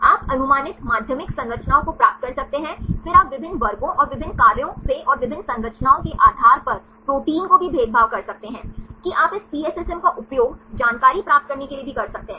आप अनुमानित माध्यमिक संरचनाओं को प्राप्त कर सकते हैं फिर आप विभिन्न वर्गों और विभिन्न कार्यों से और विभिन्न संरचनाओं के आधार पर प्रोटीन को भी भेदभाव कर सकते हैं कि आप इस PSSM का उपयोग जानकारी प्राप्त करने के लिए भी कर सकते हैं